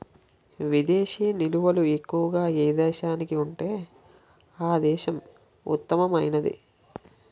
విదేశీ నిల్వలు ఎక్కువగా ఏ దేశానికి ఉంటే ఆ దేశం ఉత్తమమైనది